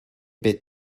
bit